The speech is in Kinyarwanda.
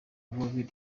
wabereye